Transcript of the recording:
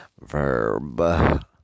verb